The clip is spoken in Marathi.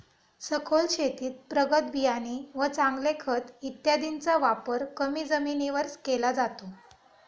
सखोल शेतीत प्रगत बियाणे व चांगले खत इत्यादींचा वापर कमी जमिनीवरच केला जातो